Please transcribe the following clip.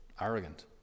arrogant